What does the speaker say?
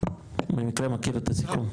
במקרה מכיר את הסיכום.